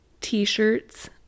t-shirts